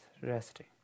resting